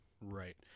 Right